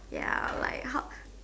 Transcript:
ya like how